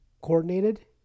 coordinated